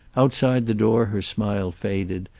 outside the door her smile faded,